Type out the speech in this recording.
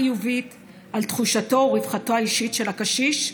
חיובית על תחושתו ורווחתו האישית של הקשיש,